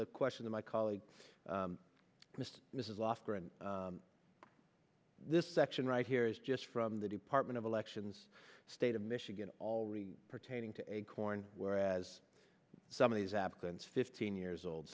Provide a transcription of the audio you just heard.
the question to my colleague mr mrs last year and this section right here is just from the department of elections state of michigan already pertaining to eggcorn whereas some of these applicants fifteen years old